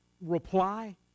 reply